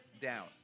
down